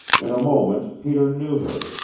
in a moment peter knew her,